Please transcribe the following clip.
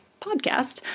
podcast